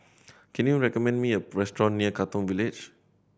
can you recommend me a restaurant near Katong Village